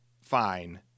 Fine